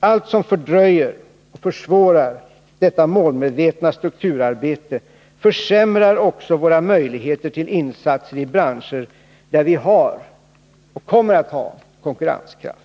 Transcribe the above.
Allt som fördröjer och försvårar detta målmedvetna strukturarbete försämrar också våra möjligheter till insatser i branscher där vi har och kommer att ha konkurrenskraft.